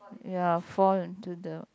ya fall in to the